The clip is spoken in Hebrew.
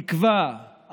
תקווה,